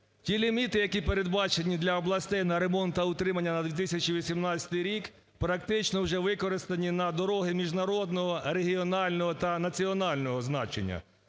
Ті ліміти, які передбачені для областей на ремонт та утримання на 2018 рік, практично вже використані на дороги міжнародного, регіонального та національного значення.